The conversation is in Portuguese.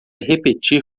repetir